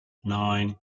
nine